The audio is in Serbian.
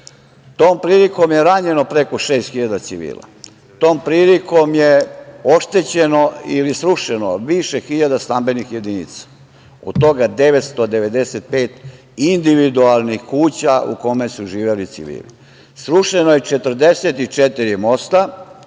Tom prilikom je ranjeno preko šest hiljada civila, tom prilikom je oštećeno ili srušeno više hiljada stambenih jedinica, od toga 995 individualnih kuća u kome su živeli civili. Srušeno je 44 mosta,